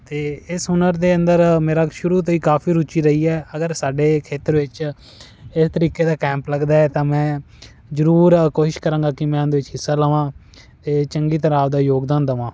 ਅਤੇ ਇਸ ਹੁਨਰ ਦੇ ਅੰਦਰ ਮੇਰਾ ਸ਼ੁਰੂ ਤੋਂ ਹੀ ਕਾਫ਼ੀ ਰੁਚੀ ਰਹੀ ਹੈ ਅਗਰ ਸਾਡੇ ਖੇਤਰ ਵਿੱਚ ਇਹ ਤਰੀਕੇ ਦੇ ਕੈਂਪ ਲੱਗਦਾ ਹੈ ਤਾਂ ਮੈਂ ਜ਼ਰੂਰ ਕੋਸ਼ਿਸ਼ ਕਰਾਂਗਾ ਕਿ ਮੈਂ ਉਹਦੇ ਵਿੱਚ ਹਿੱਸਾ ਲਵਾਂ ਅਤੇ ਚੰਗੀ ਤਰ੍ਹਾਂ ਆਪਦਾ ਯੋਗਦਾਨ ਦਵਾਂ